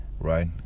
right